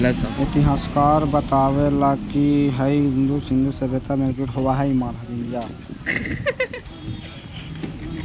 इतिहासकार बतलावऽ हई कि सिन्धु सभ्यता में भी जूट के उत्पादन होवऽ हलई